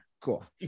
cool